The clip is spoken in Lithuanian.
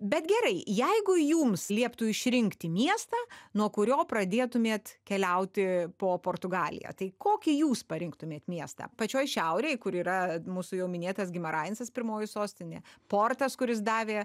bet gerai jeigu jums lieptų išrinkti miestą nuo kurio pradėtumėt keliauti po portugaliją tai kokį jūs parinktumėt miestą pačioj šiaurėj kur yra mūsų jau minėtas gimarainsas pirmoji sostinė portas kuris davė